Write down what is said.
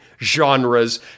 genres